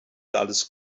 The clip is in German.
alles